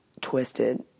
twisted